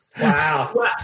Wow